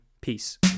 Peace